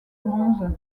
bronze